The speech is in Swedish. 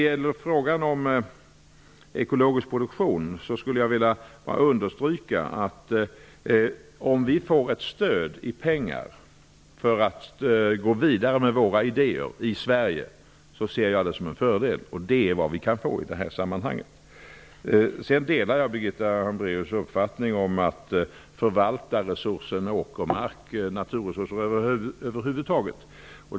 I frågan om ekologisk produktion skulle jag vilja understryka att om vi får ett stöd i pengar för att gå vidare med våra idéer här i Sverige, så ser jag det som en fördel. Detta är vad vi kan få i det här sammanhanget. Jag delar Birgitta Hambraeus uppfattning när det gäller förvaltning av vår åkermark och våra naturresurser över huvud över taget.